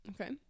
Okay